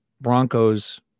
Broncos